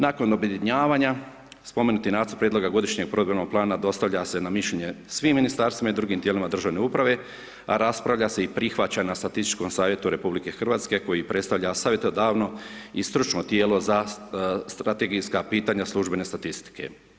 Nakon objedinjavanja, spomenuti nacrt prijedloga godišnjeg provedbenog plana dostavlja se na mišljenje svim ministarstvima i drugim tijelima državne uprave, a raspravlja se i prihvaća na statističkom savjetu RH koji predstavlja savjetodavno i stručno tijelo za strategijska pitanja službene statistike.